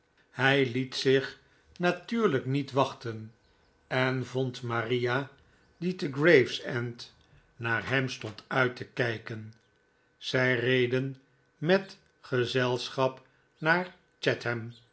hij liet zich natuurlijk niet wachten en vond maria die te gravesend naar hem stond uit te kijken zij reden met gezelscbap naar